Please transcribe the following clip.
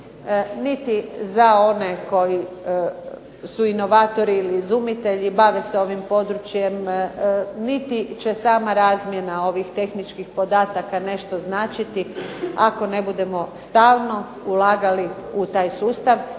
niti za one koji su inovatori ili izumitelji i bave se ovim područjem, niti će sama razmjena ovih tehničkih podataka nešto značiti ako ne budemo stalno ulagali u taj sustav.